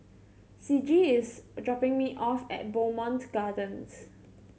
Ciji is dropping me off at Bowmont Gardens